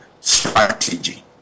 strategy